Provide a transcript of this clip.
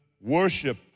worship